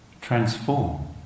transform